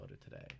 today